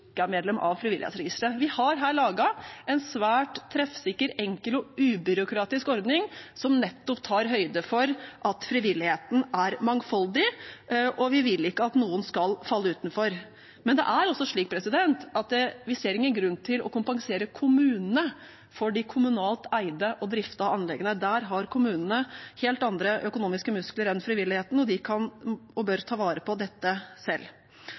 medlem av frivillighetsregisteret. Vi har her laget en svært treffsikker, enkel og ubyråkratisk ordning som nettopp tar høyde for at frivilligheten er mangfoldig, og vi vil ikke at noen skal falle utenfor, men vi ser ingen grunn til å kompensere kommunene for de kommunalt eide og driftede anleggene. Der har kommunene helt andre økonomiske muskler enn frivilligheten, og de kan og bør ta vare på dette selv.